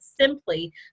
simply